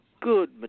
good